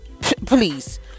Please